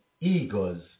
egos